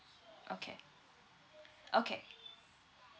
okay okay